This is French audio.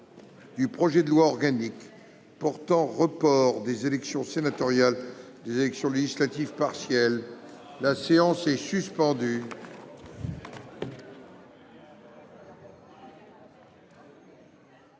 du projet de loi organique portant report des élections sénatoriales et des élections législatives partielles (projet n°